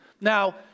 Now